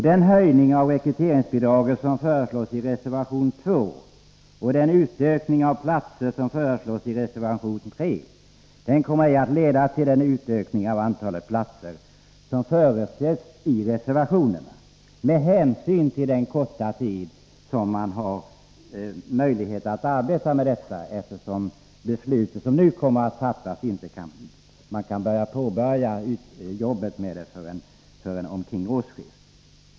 Den höjning av rekryteringsbidraget som föreslås i reservation 2 och den utökning av antalet platser som föreslås i reservation 3 kommer inte att leda till den utökning av antalet platser som förutsetts med hänsyn till den korta tid som man har möjlighet att arbeta med detta. Man kan inte påbörja jobbet med anledning av det beslut som nu kommer att fattas förrän omkring årsskiftet.